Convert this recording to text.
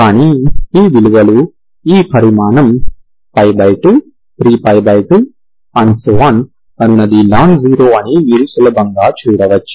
కానీ ఈ విలువలు ఈ పరిమాణం 23π2 అనునది నాన్ జీరో అని మీరు సులభంగా చూడవచ్చు